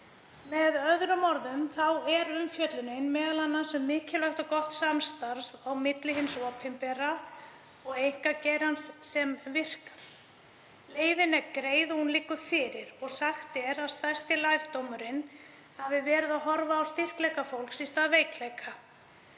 Með öðrum orðum þá er umfjöllunin m.a. um mikilvægt og gott samstarf á milli hins opinbera og einkageirans hjá VIRK. Leiðin er greið og hún liggur fyrir. Sagt er að stærsti lærdómurinn hafi verið að horfa á styrkleika fólks í stað veikleika.